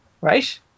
Right